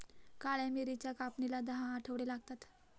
काळ्या मिरीच्या कापणीला दहा आठवडे लागतात